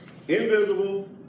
invisible